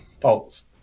False